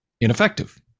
ineffective